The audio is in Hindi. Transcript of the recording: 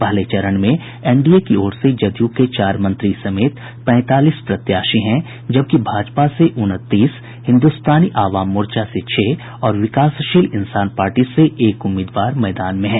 पहले चरण में एनडीए की ओर से जदयू के चार मंत्री समेत पैंतीस प्रत्याशी हैं जबकि भाजपा से उनतीस हिन्दुस्तानी आवाम मोर्चा से छह और विकासशील इंसान पार्टी से एक उम्मीदवार मैदान में हैं